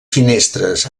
finestres